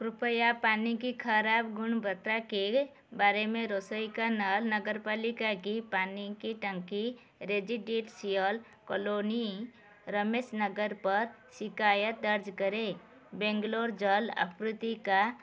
कृप्या पानी की ख़राब गुनवत्ता के बारे में रसोई का नल नगर पालिका की पानी की टंकी रेजीडेसियल कलोनी रमेश नगर पर शिकायत दर्ज करें बैंगलोर जल आपूर्ति का